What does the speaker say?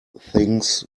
things